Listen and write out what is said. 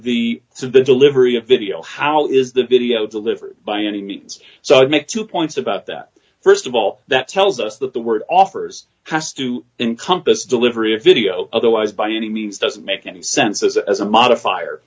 of the delivery of video how is the video delivered by any means so i make two points about that st of all that tells us that the word offers has to encompass delivery of video otherwise by any means doesn't make any sense as a mod